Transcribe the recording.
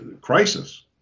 crisis